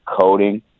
coding